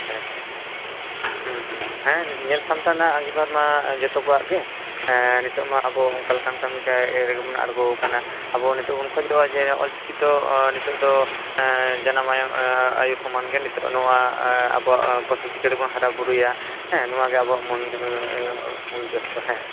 ᱟᱪᱪᱷᱟ ᱟᱪᱪᱷᱟ ᱦᱩᱸ ᱦᱩᱸ ᱦᱩᱸ ᱦᱟᱸ ᱧᱮᱞ ᱥᱟᱢᱴᱟᱣ ᱨᱮᱱᱟᱜ ᱟᱸᱜᱤᱵᱷᱟᱨ ᱢᱟ ᱡᱚᱛᱚ ᱠᱚᱣᱟᱜ ᱜᱮ ᱮᱸ ᱱᱤᱛᱚᱜ ᱢᱟ ᱟᱵᱚ ᱚᱱᱠᱟᱞᱮᱠᱟᱱ ᱠᱟ ᱢᱤ ᱠᱟᱡ ᱨᱮᱜᱮ ᱢᱮᱱᱟᱜ ᱟᱲᱜᱳᱣᱟᱠᱟᱱᱟ ᱟᱵᱚ ᱱᱤᱛᱚᱜ ᱵᱚᱱ ᱠᱷᱚᱡᱚᱜ ᱟ ᱡᱮ ᱚᱞᱪᱤᱠᱤ ᱫᱚ ᱚ ᱱᱤᱛᱚᱜ ᱫᱚ ᱮᱸ ᱡᱟᱱᱟᱢᱟᱭᱟᱝ ᱟᱸ ᱟᱭᱚ ᱥᱚᱢᱟᱱ ᱜᱮ ᱱᱤᱛᱟᱜ ᱫᱚ ᱱᱚᱣᱟ ᱟᱵᱚ ᱯᱟᱹᱨᱥᱤ ᱪᱤᱠᱟ ᱛᱮᱵᱚᱱ ᱦᱟᱨᱟ ᱵᱩᱨᱩᱭᱟ ᱦᱮᱸ ᱱᱚᱣᱟᱜᱮ ᱟᱵᱚᱣᱟᱜ ᱢᱚᱱ ᱮᱸ ᱢᱩᱞ ᱡᱚᱥ ᱫᱚ ᱦᱮᱸ